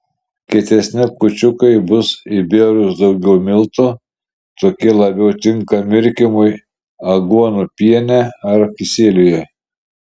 kietesni kūčiukai bus įbėrus daugiau miltų tokie labiau tinka mirkymui aguonų piene ar kisieliuje